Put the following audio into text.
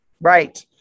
Right